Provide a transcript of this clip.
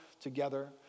together